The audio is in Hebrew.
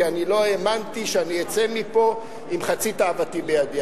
כי אני לא האמנתי שאצא מפה עם חצי תאוותי בידי.